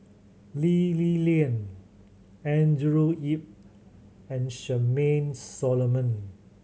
Lee Li Lian Andrew Yip and Charmaine Solomon